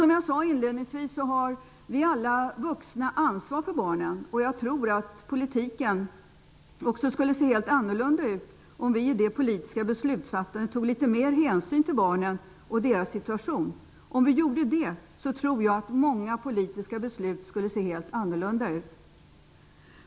Som jag sade inledningsvis har alla vuxna ansvar för barnen. Jag tror att politiken skulle se helt annorlunda ut om vi i det politiska beslutsfattandet tog litet mer hänsyn till barnen och deras situation. Om vi gjorde det tror jag att många politiska beslut skulle se helt annorlunda ut.